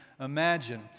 imagine